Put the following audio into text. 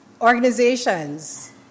organizations